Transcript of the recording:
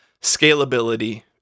scalability